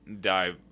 die